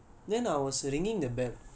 then I was ringing the bell